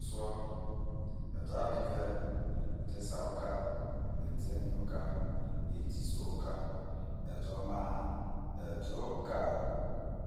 ede avo ive edesa oka edene oka ediso oka ede omaha edoka